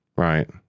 Right